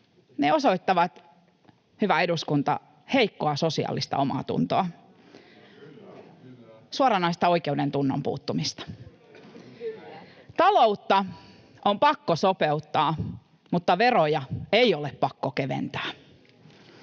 osoittavat, hyvä eduskunta, heikkoa sosiaalista omaatuntoa – suoranaista oikeudentunnon puuttumista. [Vasemmalta: Kyllä!] Taloutta on pakko sopeuttaa, mutta veroja ei ole pakko keventää.